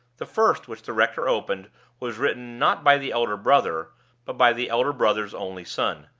the first which the rector opened was written not by the elder brother, but by the elder brother's only son.